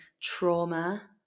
trauma